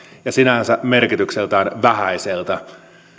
ja sinänsä merkitykseltään vähäiseltä